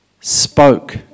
spoke